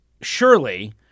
surely